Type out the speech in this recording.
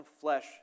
flesh